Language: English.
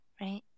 right